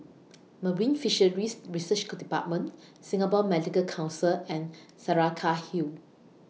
Marine Fisheries Research department Singapore Medical Council and Saraca Hill